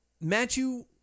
Matthew